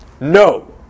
No